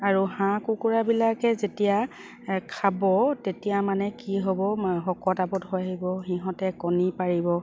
আৰু হাঁহ কুকুৰাবিলাকে যেতিয়া খাব তেতিয়া মানে কি হ'ব শকত আৱত হৈ আহিব সিহঁতে কণী পাৰিব